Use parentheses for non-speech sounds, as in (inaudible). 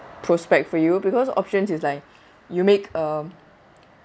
prospect for you because options is like (breath) you make um